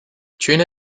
tuna